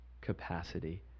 capacity